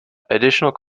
additional